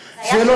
זה היה שטח אש?